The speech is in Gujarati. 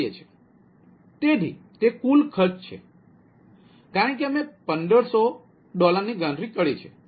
તેથી તે કુલ ખર્ચ છે કારણ કે અમે 1500 ની ગણતરી કરી છે